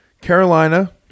Carolina